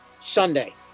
Sunday